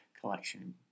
collection